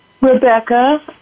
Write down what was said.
Rebecca